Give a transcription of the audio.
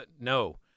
No